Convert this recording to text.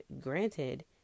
granted